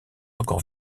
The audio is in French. encore